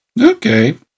Okay